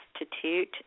Institute